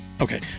Okay